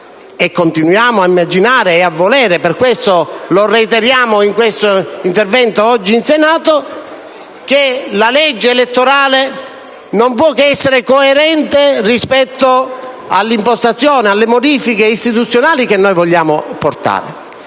e continuiamo ad immaginare e a volere, e per questo lo ribadiamo in questo intervento oggi in Senato - che la legge elettorale non possa che essere coerente con l'impostazione delle modifiche istituzionali che vogliamo apportare.